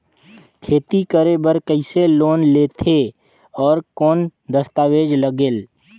खेती करे बर कइसे लोन लेथे और कौन दस्तावेज लगेल?